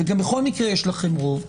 וגם בכל מקרה יש לכם רוב,